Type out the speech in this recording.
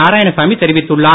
நாராயணசாமி தெரிவித்துள்ளார்